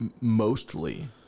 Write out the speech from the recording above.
mostly